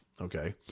Okay